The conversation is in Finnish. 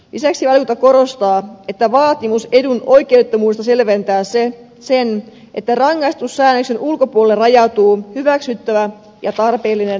lisäksi valiokunta korostaa että vaatimus edun oikeudettomuudesta selventää sen että rangaistussäännöksen ulkopuolelle rajautuu hyväksyttävä ja tarpeellinen vaalirahoitus